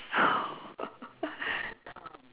oh